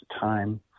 time